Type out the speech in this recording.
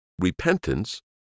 repentance